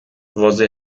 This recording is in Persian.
واضح